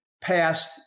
passed